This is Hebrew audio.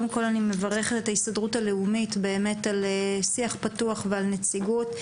אני מברכת את ההסתדרות הלאומית על שיח פתוח ועל נציגות.